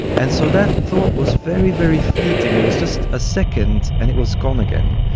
and so that thought was very, very fleeting, it was just a second and it was gone again.